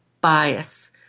bias